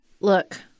Look